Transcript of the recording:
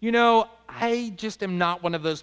you know i just i'm not one of those